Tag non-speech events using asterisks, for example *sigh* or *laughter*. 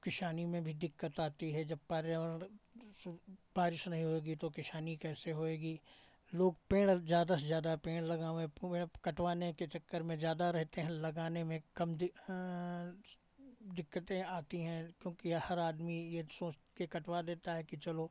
किसानी में भी दिक्कत आती है जब पार्यावरण *unintelligible* बारिश नहीं होएगी तो किसानी कैसे होएगी लोग पेड़ ज़्यादा से ज़्यादा पेड़ लगावें पेड़ कटवाने के चक्कर में ज़्यादा रहते हैं लगाने में कम दिक्कतें आती हैं क्योंकि हर आदमी ये सोच के कटवा देता है कि चलो